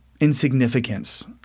insignificance